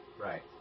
Right